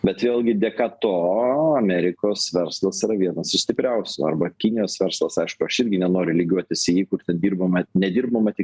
bet vėlgi dėka to amerikos verslas yra vienas iš stipriausių arba kinijos verslas aišku aš irgi nenoriu lygiuotis į jį kur ten dirbama nedirbama tik